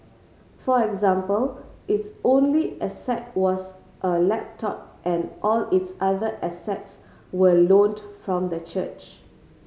for example its only asset was a laptop and all its other assets were loaned from the church